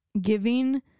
giving